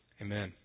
amen